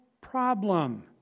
problem